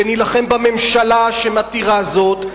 ונילחם בממשלה שמתירה זאת,